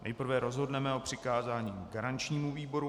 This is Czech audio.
Nejprve rozhodneme o přikázání garančnímu výboru.